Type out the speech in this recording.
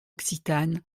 occitane